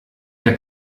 der